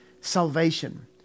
salvation